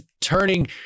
Turning